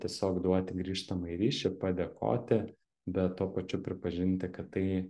tiesiog duoti grįžtamąjį ryšį padėkoti bet tuo pačiu pripažinti kad tai